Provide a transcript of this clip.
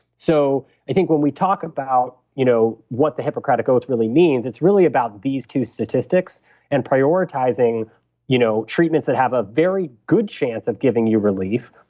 so i think when we talk about you know what the hippocratic oath really means, it's really about these two statistics and prioritizing you know treatments that have a very good chance of giving you relief,